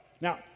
Now